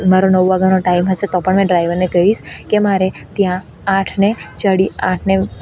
મારો નવ વાગ્યાનો ટાઈમ હશે તો પણ મેં ડ્રાઇવરને કહીશ કે મારે ત્યાં આઠને ચાલીસ આઠને